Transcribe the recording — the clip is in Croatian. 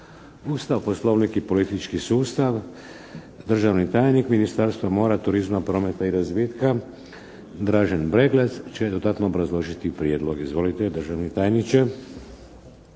Ustav, Poslovnik i politički sustav. Državni tajnik Ministarstva mora, turizma, prometa i razvitka Dražen Breglec će dodatno obrazložiti prijedlog. Izvolite državni tajniče.